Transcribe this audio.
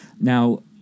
now